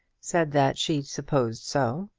said that she supposed so.